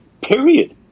Period